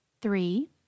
Three